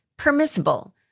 permissible